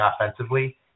offensively